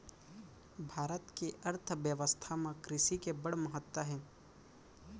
भारत के अर्थबेवस्था म कृसि के बड़ महत्ता हे